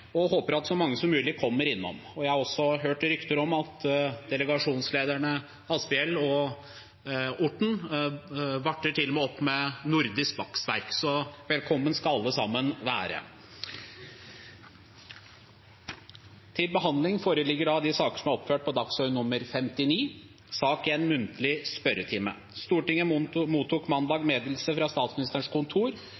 og håper at så mange som mulig kommer innom. Jeg har hørt rykter om at delegasjonslederne Jorodd Asphjell og Helge Orten til og med varter opp med nordisk bakst. Velkommen skal alle være! Stortinget mottok mandag meddelelse fra Statsministerens kontor om statsrådene Bjørnar Skjæran, Kjersti Toppe og Sandra Borch vil møte til muntlig spørretime.